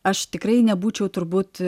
aš tikrai nebūčiau turbūt